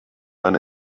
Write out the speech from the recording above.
man